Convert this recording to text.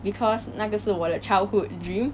because 那个是我的 childhood dream